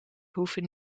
hoeven